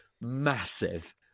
massive